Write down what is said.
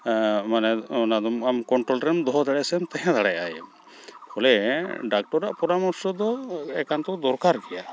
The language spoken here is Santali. ᱢᱟᱱᱮ ᱚᱱᱟᱫᱚᱢ ᱟᱢ ᱠᱚᱱᱴᱨᱳᱞᱨᱮᱢ ᱫᱚᱦᱚ ᱫᱟᱲᱮᱜᱼᱟᱢ ᱥᱮᱢ ᱛᱟᱦᱮᱸ ᱫᱟᱲᱮᱭᱟᱜᱼᱟ ᱭᱮᱢ ᱯᱷᱚᱞᱮ ᱰᱟᱠᱛᱚᱨᱟᱜ ᱯᱚᱨᱟᱢᱚᱨᱥᱚ ᱫᱚ ᱮᱠᱟᱱᱛᱚ ᱫᱚᱨᱠᱟᱨ ᱜᱮᱭᱟ